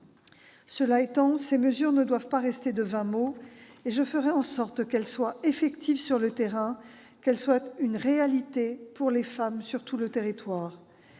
Cela étant, ces mesures ne doivent pas rester de vains mots, et je ferai en sorte qu'elles soient effectives sur le terrain, qu'elles soient une réalité pour les femmes sur tout le territoire.